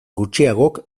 gutxiagok